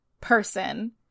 person